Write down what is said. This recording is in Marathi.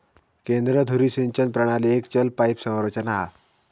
केंद्र धुरी सिंचन प्रणाली एक चल पाईप संरचना हा